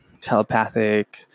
telepathic